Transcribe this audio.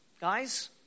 Guys